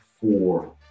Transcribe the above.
four